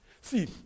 See